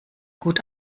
gut